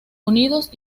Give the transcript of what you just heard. unidos